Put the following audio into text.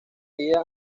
día